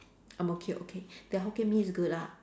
ang-mo-kio okay their Hokkien Mee is good ah